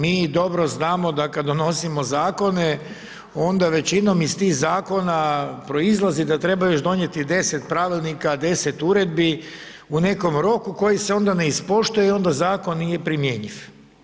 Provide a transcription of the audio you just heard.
Mi dobro znamo da kad donosimo zakone, onda većinom iz tih zakona proizlazi da treba još donijeti 10 pravilnika, 10 uredbi u nekom roku koji se onda ne ispoštuje i onda zakon nije primjenjiv.